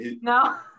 No